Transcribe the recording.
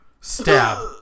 stab